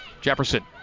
Jefferson